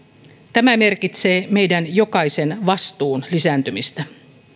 tämä merkitsee meidän jokaisen vastuun lisääntymistä